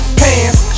pants